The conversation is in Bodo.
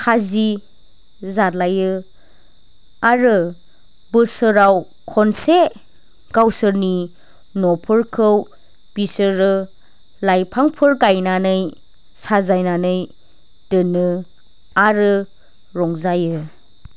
खाजि जालायो आरो बोसोराव खनसे गावसोरनि न'फोरखौ बिसोरो लाइफांफोर गायनानै साजायनानै दोनो आरो रंजायो